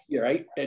Right